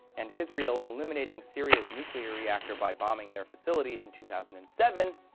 and israel eliminating syria's nuclear reactor by bombing their facilities in two thousand and seven,